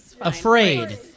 Afraid